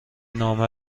نامه